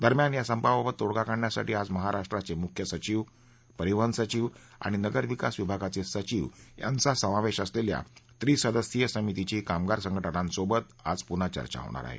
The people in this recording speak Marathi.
दरम्यान या संपाबाबत तोडगा काढण्यासाठी आज महाराष्ट्राचे मुख्य सचिव परिवहन सचिव आणि नगरविकास विभागाचे सचिव यांचा समावेश असलेल्या त्रिसदस्यीय समितीची कामगार संघटनांसोबत आज पुन्हा चर्चा होणार आहे